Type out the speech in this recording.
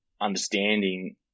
understanding